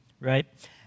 right